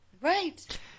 Right